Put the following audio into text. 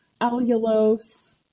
allulose